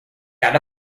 got